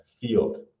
field